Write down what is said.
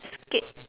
skate